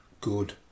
good